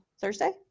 Thursday